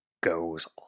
goes